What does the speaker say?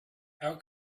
how